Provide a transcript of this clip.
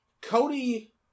Cody